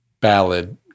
ballad